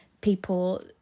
people